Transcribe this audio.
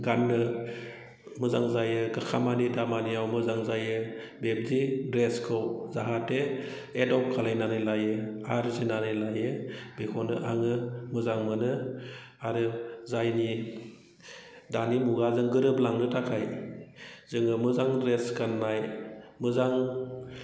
गाननो मोजां जायो खामानि दामानियाव मोजां जायो बिबायदि ड्रेसखौ जाहाथे एडप्ट खालायनानै लायो आरजिनानै लायो बेखौनो आङो मोजां मोनो आरो जायनि दानि मुगाजों गोरोबलांनो थाखाय जोङो मोजां ड्रेस गाननाय मोजां